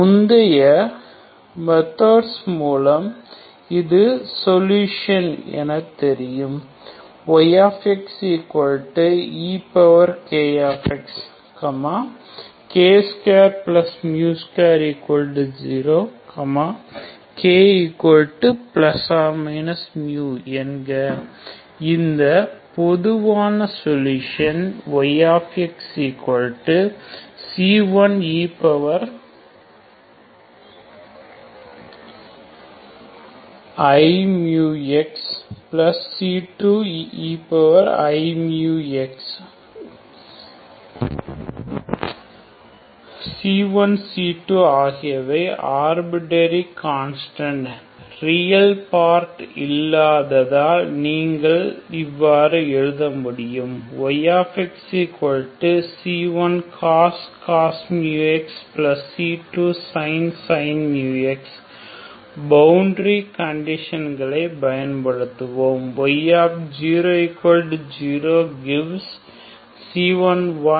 முந்தைய மெத்தெட்ஸ் மூலம் இது சொல்யூஷன் என்று தெரியும் yx ekx k220 k±iμ என்க இந்தப் பொதுவான solution yxc1 eiμxc2 e iμx c1 c2 ஆகியவை ஆர்பிட்டரி கான்ஸ்டன்ட் ரியல் பார்ட் இல்லாததால் நீங்கள் இவ்வாறு எழுத முடியும் yxc1cos μx c2sin μx boundary கண்டிசன்களை பயன்படுத்துவோம் y00 gives us c1